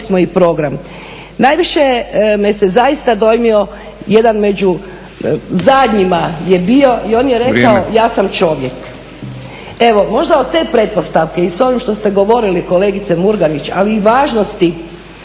o tome, imali smo i program. Najviše me se zaista dojmio jedan među zadnjima je bio i on je rekao ja sam čovjek. .../Upadica: Vrijeme./… Evo možda od te pretpostavke i s ovim što ste govorili kolegice Murganić ali i važnosti